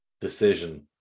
decision